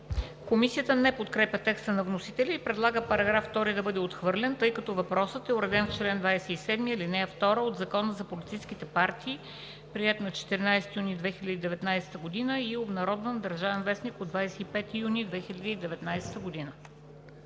Комисията не подкрепя текста на вносителя и предлага § 2 да бъде отхвърлен, тъй като въпросът е уреден в чл. 27, ал. 2 от Закона за политическите партии, приет на 14 юни 2019 г. и обнародван в „Държавен вестник“ от 25 юни 2019 г.